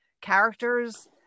characters